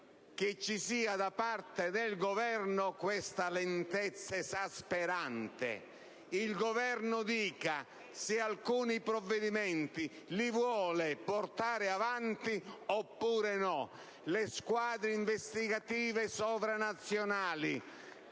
che ci sia da parte del Governo questa lentezza esasperante. Il Governo dica se alcuni provvedimenti li vuole portare avanti oppure no *(Applausi* *dal Gruppo IdV)*: le squadre investigative sovranazionali